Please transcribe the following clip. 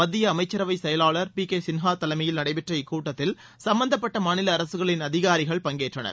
மத்திய அமைச்சரவைச் செயலாளர் பி கே சின்ஹா தலைமையில் நடைபெற்ற இக்கூட்டத்தில் சும்பந்தப்படட மாநில அரசுகளின் அதிகாரிகள் பங்கேற்றனர்